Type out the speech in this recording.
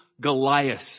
Goliath